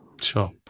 sure